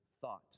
thought